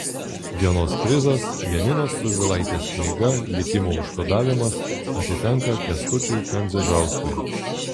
dienos prizas janinos survilaitės knyga likimo užkodavimas atitenka kęstučiui kandzežauskui